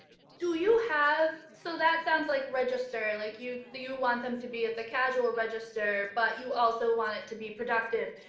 do you have. so that sounds like register like you. you want them to be at the casual ah register, but you also want it to be productive.